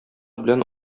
белән